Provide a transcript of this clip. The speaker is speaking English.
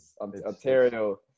Ontario